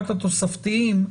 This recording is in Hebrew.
רק התוספתיים,